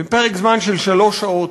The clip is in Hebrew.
בפרק זמן של שלוש שעות,